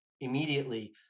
immediately